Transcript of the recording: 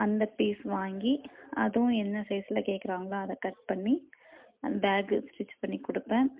அந்த பீஸ் வாங்கி அதுவும் என்ன சைஸ்சில் கேட்குறாங்களோ அதை கட் பண்ணி பேக்கு ஸ்ட்ரிச் பண்ணி கொடுப்பேன்